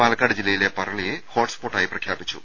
പാലക്കാട് ജില്ലയിലെ പറളിയെ ഹോട്ട്സ്പോട്ടായി പ്രഖ്യാപിച്ചു